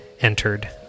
entered